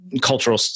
Cultural